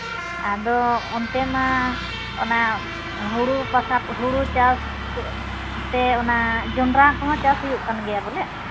ᱟᱫᱚ ᱚᱱᱛᱮ ᱢᱟ ᱚᱱᱟ ᱦᱩᱲᱩ ᱯᱟᱥᱟ ᱦᱩᱲᱩ ᱪᱟᱥ ᱠᱚ ᱛᱮ ᱚᱱᱟ ᱡᱚᱱᱰᱨᱟ ᱠᱚᱦᱚᱸ ᱪᱟᱥ ᱦᱩᱭᱩᱜ ᱠᱟᱱ ᱜᱮᱭᱟ ᱵᱚᱞᱮ